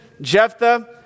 Jephthah